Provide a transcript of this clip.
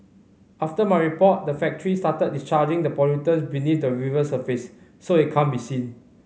after my report the factory started discharging the pollutant beneath the river surface so it can't be seen